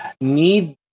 Need